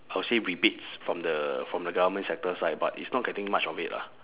I'll say rebates from the from the government sector side but it's not getting much of it lah